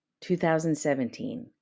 2017